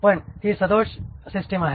पण ही सदोष सिस्टिम आहे